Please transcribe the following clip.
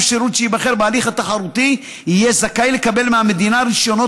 שירות שייבחר בהליך התחרותי יהיה זכאי לקבל מהמדינה רישיונות